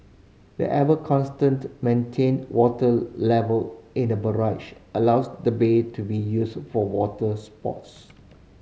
the ever constantly maintained water level in the barrage allows the bay to be used for water sports